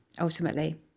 ultimately